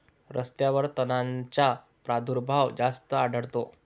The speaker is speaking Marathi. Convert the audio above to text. रस्त्यांवर तणांचा प्रादुर्भाव जास्त आढळतो